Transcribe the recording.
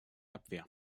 abwehr